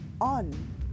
on